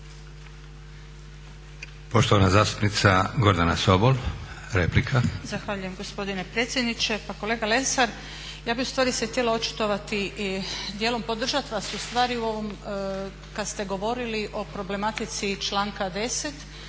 Poštovana zastupnica Gordana Sobol, replika. **Sobol, Gordana (SDP)** Zahvaljujem gospodine predsjedniče. Pa kolega Lesar, ja bih se htjela očitovati i dijelom podržati u ovom kada ste govorili o problematici članka